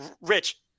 Rich